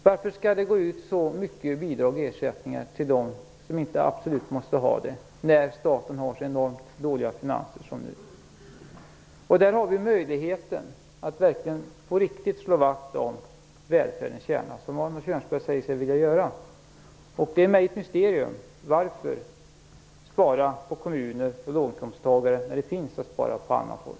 Varför skall det gå ut så mycket i bidrag och ersättningar till dem som inte absolut måste ha det, när staten har så enormt dåliga finanser som nu? Vi har möjligheten att verkligen på riktigt slå vakt om välfärdens kärna, som Arne Kjörnsberg säger sig vilja göra. Det är mig ett mysterium varför man vill spara på kommuner och låginkomsttagare när man kan spara på andra håll.